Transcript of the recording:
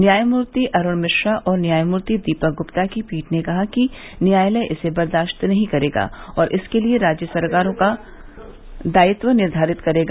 न्यायमूर्ति अरुण मिश्रा और न्यायमूर्ति दीपक गुप्ता की पीठ ने कहा कि न्यायालय इसे बर्दाश्त नहीं करेगा और इसके लिए राज्य सरकारों का दायित्व निर्धारित करेगा